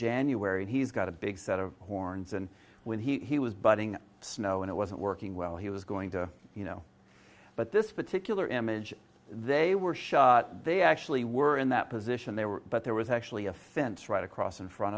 january he's got a big set of horns and when he was butting snow and it wasn't working well he was going to you know but this particular image they were shot they actually were in that position they were but there was actually a finch right across in front